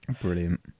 Brilliant